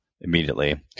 immediately